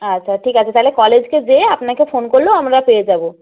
আচ্ছা ঠিক আছে তাইলে কলেজ গিয়ে আপনাকে ফোন করলেও আমরা পেয়ে যাবো